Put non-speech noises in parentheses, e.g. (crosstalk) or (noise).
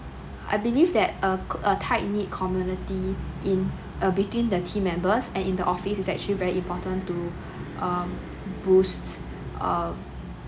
I believe that a co~ a tight knit community in uh between the team members and in the office is actually very important to (breath) um boost um